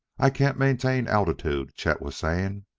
i can't maintain altitude, chet was saying.